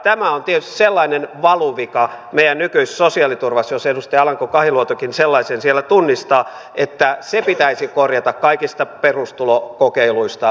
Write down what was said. tämä on tietysti sellainen valuvika meidän nykyisessä sosiaaliturvassamme jos edustaja alanko kahiluotokin sellaisen siellä tunnistaa että se pitäisi korjata kaikista perustulokokeiluista riippumatta